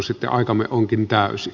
sitten aikamme onkin täysi